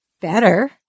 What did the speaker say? better